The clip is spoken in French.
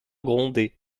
grondé